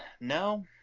no